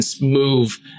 move